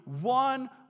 one